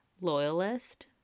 loyalist